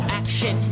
action